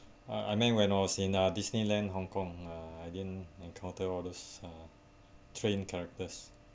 I I meant when I was in uh disneyland hong kong uh I didn't encounter all those uh train characters